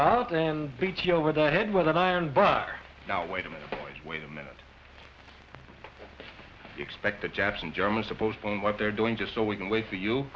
out and beat you over the head with an iron bra now wait a minute wait a minute expect the chaps in germany supposed to know what they're doing just so we can wait for you